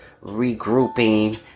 regrouping